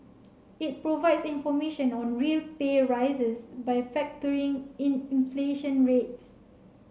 it provides information on real pay rises by a factoring in inflation rates